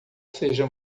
seja